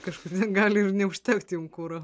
kažkas ten gali ir neužtekt jum kuro